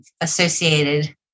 associated